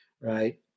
right